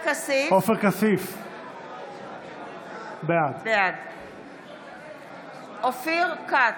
אופיר כץ,